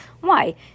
Why